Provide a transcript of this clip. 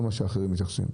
לא איך שאחרים מתייחסים.